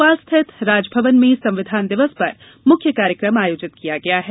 भोपाल स्थित राजभवन में संविधान दिवस पर मुख्य कार्यक्रम आयोजित किया गया है